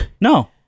no